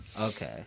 Okay